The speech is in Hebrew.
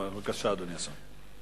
בבקשה, אדוני השר.